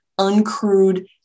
uncrewed